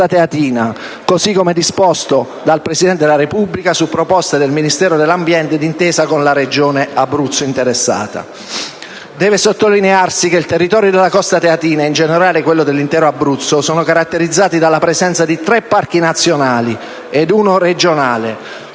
teatina, così come disposto dal Presidente della Repubblica su proposta del Ministero dell'ambiente, d'intesa con la Regione Abruzzo interessata. Deve sottolinearsi che il territorio della costa teatina e, in generale, quello dell'intero Abruzzo sono caratterizzati dalla presenza di tre parchi nazionali ed uno regionale,